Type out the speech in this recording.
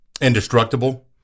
indestructible